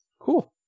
cool